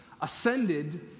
ascended